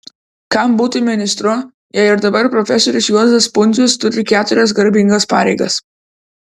kam būti ministru jei ir dabar profesorius juozas pundzius turi keturias garbingas pareigas